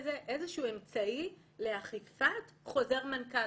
איזשהו אמצעי לאכיפת חוזר מנכ"ל,